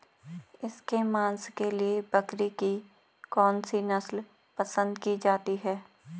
इसके मांस के लिए बकरी की कौन सी नस्ल पसंद की जाती है?